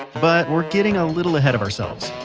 but, we're getting a little ahead of ourselves.